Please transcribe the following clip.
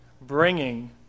bringing